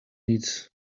needs